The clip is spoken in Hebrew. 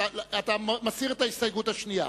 אתה מסיר את ההסתייגות השנייה.